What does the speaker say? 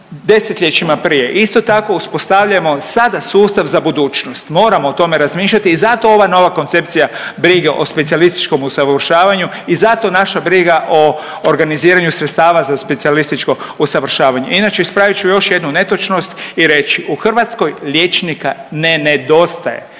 10-ljećima prije. Isto tako uspostavljamo sada sustav za budućnost, moramo o tome razmišljati i zato ova nova koncepcija brige o specijalističkom usavršavanju i zato naša briga o organiziranju sredstava za specijalističko usavršavanje. Inače ispravit ću još jednu netočnost i reći, u Hrvatskoj liječnika ne nedostaje